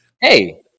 Hey